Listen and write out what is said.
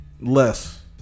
less